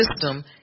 system